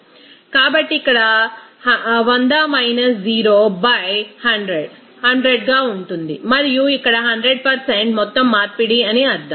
కాబట్టి ఇక్కడ 100 0 బై 100 100 గా ఉంటుంది మరియు ఇక్కడ 100 మొత్తం మార్పిడి అని అర్థం